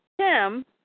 Tim